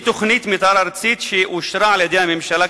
שהיא תוכנית מיתאר ארצית שאושרה על-ידי הממשלה,